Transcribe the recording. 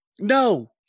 No